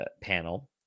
panel